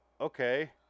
okay